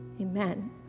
Amen